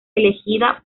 elegida